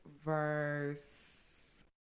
verse